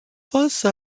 face